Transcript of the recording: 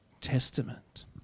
Testament